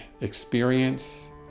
experience